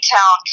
Town